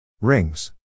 Rings